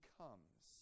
comes